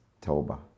Toba